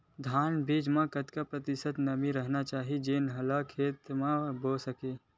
धान बीज म कतेक प्रतिशत नमी रहना चाही जेन ला खेत म बो सके?